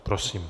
Prosím.